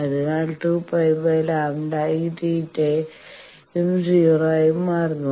അതിനാൽ 2 π λ ഈ θ യും 0 ആയി മാറുന്നു